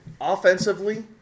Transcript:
Offensively